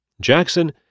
Jackson